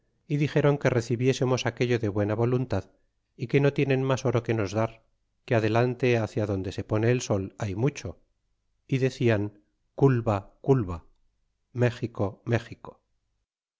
é dixéron que recibiesemos aquello de buena voluntad é que no tienen mas oro que nos dar que adelante hacia donde se pone el sol hay mucho y decian culba culba méxico méxico